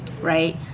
Right